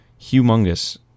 humongous